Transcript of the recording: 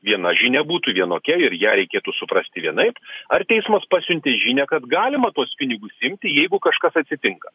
viena žinia būtų vienokia ir ją reikėtų suprasti vienaip ar teismas pasiuntė žinią kad galima tuos pinigus imti jeigu kažkas atsitinka